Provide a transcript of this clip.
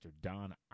Don